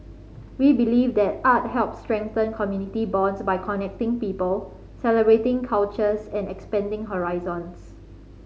we believe that art helps strengthen community bonds by connecting people celebrating cultures and expanding horizons